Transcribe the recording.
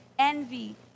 envy